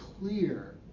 clear